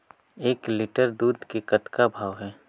एक लिटर दूध के कतका भाव हे?